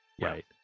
Right